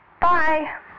Bye